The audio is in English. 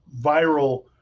viral